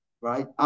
right